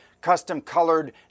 custom-colored